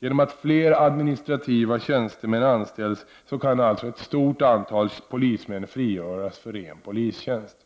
Genom att fler administrativa tjänstemän anställs kan alltså ett stort antal polismän frigöras för ren polistjänst.